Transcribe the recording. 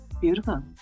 Beautiful